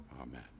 Amen